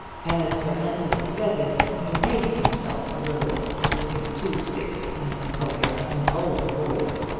as sir anthony said this he raised himself a little with his two sticks and spoke out in a bolder voice.